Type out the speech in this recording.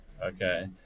okay